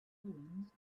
wind